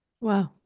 Wow